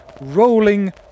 rolling